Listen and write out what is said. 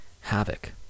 havoc